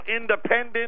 independent